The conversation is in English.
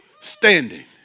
standing